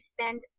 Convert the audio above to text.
spend